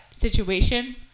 situation